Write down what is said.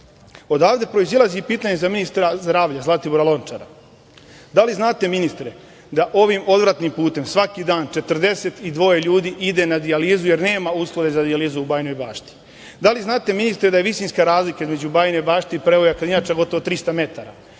rođaka. Odavde proizilazi i pitanja za ministra zdravlja Zlatibor Lončara. Da li znate, ministre, da ovim odvratnim putem svako dan 42 ljudi ide na dijalizu, jer nema uslove za dijalizu u Bajinoj Bašti? Da li znate ministre da je visinska razlika između Bajine Bašte i prevoja Kadinjača gotovo 300 metara?